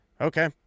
Okay